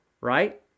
right